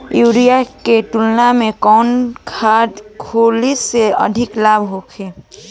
Urea के तुलना में कौन खाध खल्ली से अधिक लाभ होखे?